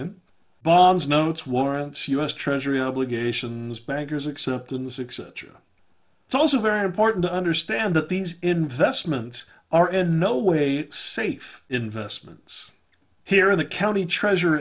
in bonds notes warrants u s treasury obligations bankers acceptance except you it's also very important to understand that these investments are in no way safe investments here in the county treasure